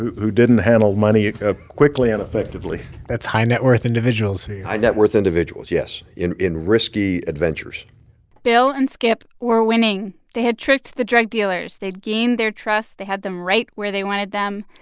who who didn't handle money ah quickly and effectively that's high net-worth individuals who you were. high net-worth individuals, yes, in in risky adventures bill and skip were winning. they had tricked the drug dealers. they'd gained their trust. they had them right where they wanted them.